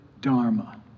dharma